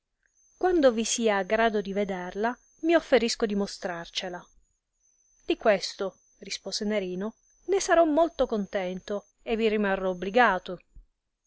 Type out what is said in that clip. quando vi sia a grado di vederla mi offerisco di mostrarcela di questo rispose nerino ne sarò molto contento e vi rimarrò obligato